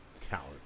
Talent